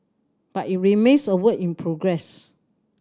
but it remains a work in progress